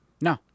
No